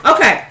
Okay